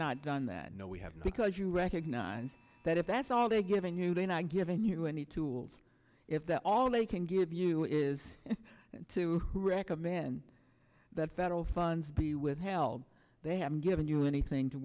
not done that no we haven't because you recognize that if that's all they give a new they are not given you any tools if they're all they can give you is to recommend that federal funds be withheld they haven't given you anything to